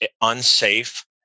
unsafe